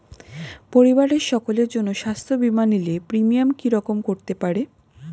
পরিবারের সকলের জন্য স্বাস্থ্য বীমা নিলে প্রিমিয়াম কি রকম করতে পারে?